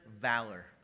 Valor